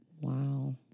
Wow